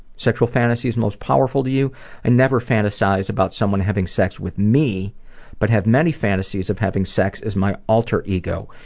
sexual fantasies most powerful to you i never fantasize about someone having sex with me but have many fantasies about having sex as my alter ego.